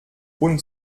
und